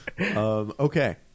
Okay